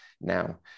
now